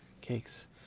cakes